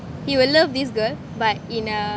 you will love this girl but in a